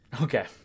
Okay